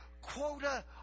quota